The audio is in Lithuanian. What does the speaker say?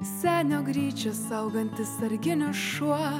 senio gryčią saugantis sarginis šuo